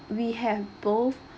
we have both